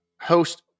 Host